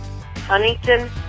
Huntington